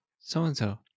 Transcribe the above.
so-and-so